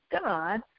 God